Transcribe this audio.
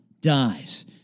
dies